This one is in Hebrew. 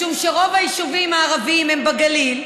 מכיוון שרוב היישובים הערביים הם בגליל,